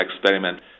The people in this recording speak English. experiment